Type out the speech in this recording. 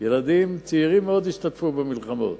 ילדים צעירים מאוד השתתפו במלחמות,